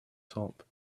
top